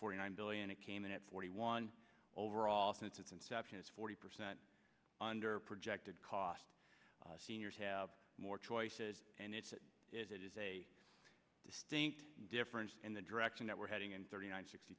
for nine billion it came in at forty one overall since its inception its forty percent under projected cost seniors have more choices and it is it is a distinct difference in the direction that we're heading and thirty nine sixty